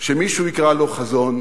שמישהו יקרא לה חזון,